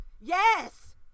yes